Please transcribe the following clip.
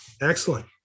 Excellent